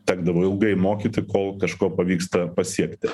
tekdavo ilgai mokyti kol kažko pavyksta pasiekti